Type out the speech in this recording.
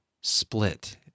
split